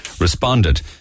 responded